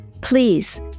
please